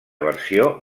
versió